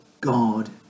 God